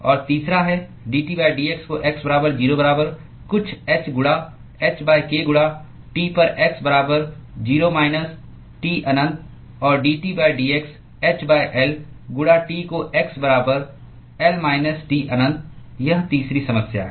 और तीसरा है dT dx को x बराबर 0 बराबर कुछ h गुणा h k गुणा T पर x बराबर 0 माइनस T अनंत और dT dx h L गुणा T को x बराबर L माइनस T अनंत यह तीसरी समस्या है